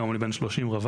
היום אני בן 30 רווק,